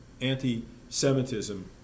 anti-Semitism